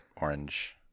Orange